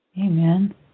Amen